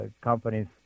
companies